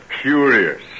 curious